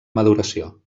maduració